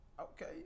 okay